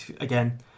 Again